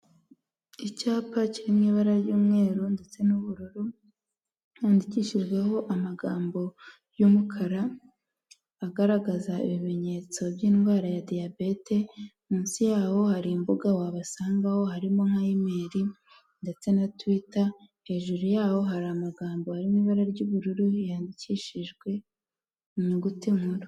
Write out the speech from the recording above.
Icyapa kiri mu ibara ry'umweru ndetse n'ubururu cyandikishijweho amagambo y'umukara agaragaza ibimenyetso by'indwara ya diyabete, munsi y'aho hari imbuga wabasangaho harimo: nka imeil ndetse na twitter, hejuru y'aho hari amagambo arimo ibara ry'ubururu yandikishijwe inyuguti nkuru.